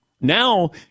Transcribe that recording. Now